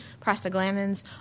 prostaglandins